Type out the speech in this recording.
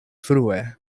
frue